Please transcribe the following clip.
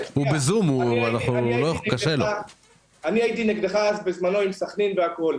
אני הייתי נגדך בזמנו עם סכנין והכול,